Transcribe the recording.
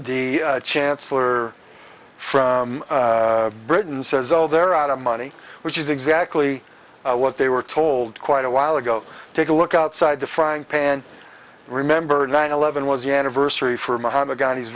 the chancellor from britain says they're out of money which is exactly what they were told quite a while ago take a look outside the frying pan remember nine eleven was the anniversary for m